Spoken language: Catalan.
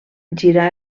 girar